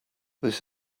this